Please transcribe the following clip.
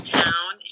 town